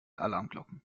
alarmglocken